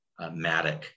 Matic